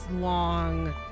long